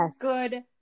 good